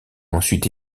ensuite